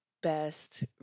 best